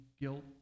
guilt